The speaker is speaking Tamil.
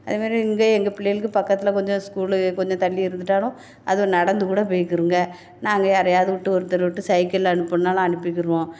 அதுமாதிரி இங்கே எங்கள் பிள்ளைகளுக்கு பக்கத்தில் கொஞ்சம் ஸ்கூலு கொஞ்சம் தள்ளி இருந்துவிட்டாலும் அதுவ நடந்து கூட போய்க்கிருங்க நாங்கள் யாரையாவதுவிட்டு ஒருத்தரவிட்டு சைக்கிளில் அனுப்பணுன்னாலும் அனுப்பிக்கிருவோம்